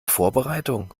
vorbereitung